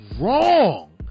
wrong